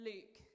Luke